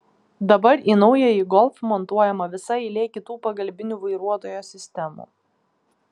dabar į naująjį golf montuojama visa eilė kitų pagalbinių vairuotojo sistemų